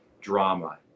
drama